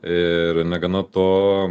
ir negana to